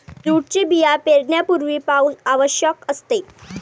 जूटचे बिया पेरण्यापूर्वी पाऊस आवश्यक असते